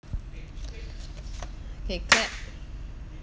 okay clap